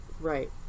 Right